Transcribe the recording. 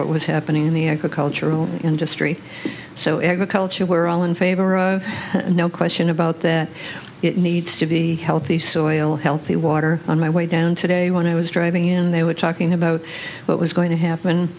what was happening in the agricultural industry so agriculture were all in favor of no question about that it needs to be healthy soil healthy water on my way down today when i was driving and they were talking about what was going to happen